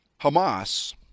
Hamas